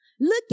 Look